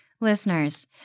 Listeners